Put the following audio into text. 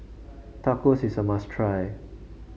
tacos is a must try